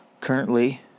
Currently